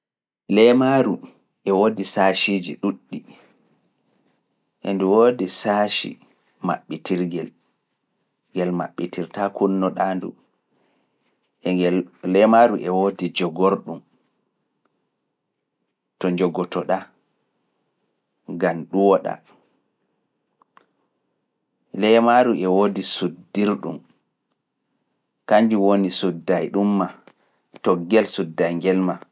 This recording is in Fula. Leemaaru e woodi saasiiji ɗuuɗɗi, ndu woodi saasi maɓɓitirgel, ngel maɓɓitirtaa kununo ɗaa ndu, e ngel leemaaru e woodi jogorɗum, to njogotoda e ɗum maa, toggel sudda e njel maa.